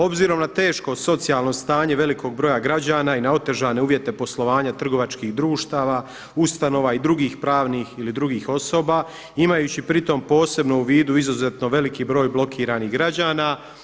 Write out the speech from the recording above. Obzirom na teško socijalno stanje velikog broja građana i na otežane uvjete poslovanja trgovačkih društava, ustanova i drugih pravnih ili drugih osoba imajući pritom posebno u vidu izuzetno veliki broj blokiranih građana.